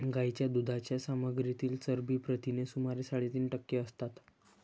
गायीच्या दुधाच्या सामग्रीतील चरबी प्रथिने सुमारे साडेतीन टक्के असतात